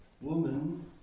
woman